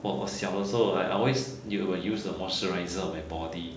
!wah! 我小的时候 right I always 有 use the moisturiser on my body